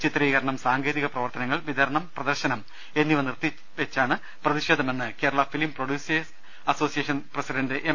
ചിത്രീകരണം സാങ്കേതിക പ്രവർത്തനങ്ങൾ വിതരണം പ്രദർശനം എന്നിവ നിർത്തിവെച്ചാണ് പ്രതിഷേധമെന്ന് Kerala film producers association president M